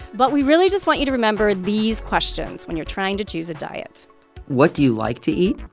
but we really just want you to remember these questions when you're trying to choose a diet what do you like to eat?